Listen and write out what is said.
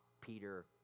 Peter